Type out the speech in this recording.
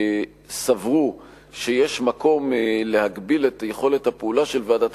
שסברו שיש מקום להגביל את יכולת הפעולה של ועדת